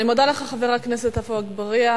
אני מודה לך, חבר הכנסת עפו אגבאריה.